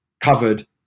covered